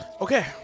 Okay